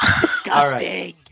disgusting